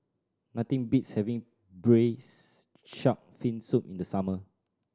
nothing beats having Braised Shark Fin Soup in the summer